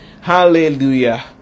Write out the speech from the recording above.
hallelujah